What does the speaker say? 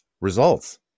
results